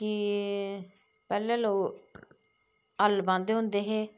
कि पैह्लें लोक हल बाह्ंदे होंदें हे